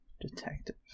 Detective